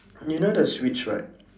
you know the switch right